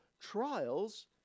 trials